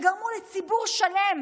כשגרמו לציבור שלם